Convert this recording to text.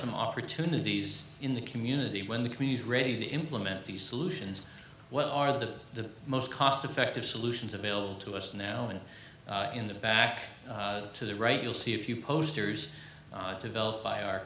arson opportunities in the community when the queen is ready to implement these solutions what are the most cost effective solutions available to us now and in the back to the right you'll see a few posters developed by our